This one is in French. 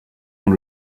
dans